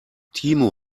timo